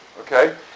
Okay